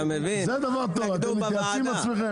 אתם מתייעצים עם עצמכם?